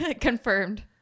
Confirmed